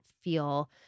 feel